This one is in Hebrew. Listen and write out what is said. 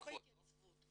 לא בהתייצבות.